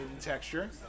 texture